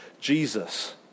Jesus